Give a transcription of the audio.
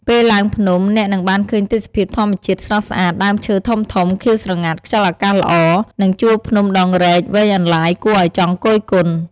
ពេលឡើងភ្នំ អ្នកនឹងបានឃើញទេសភាពធម្មជាតិស្រស់ស្អាត ដើមឈើធំៗខៀវស្រងាត់ ខ្យល់អាកាសល្អ និងជួរភ្នំដងរែកវែងអន្លាយគួរឱ្យចង់គយគន់។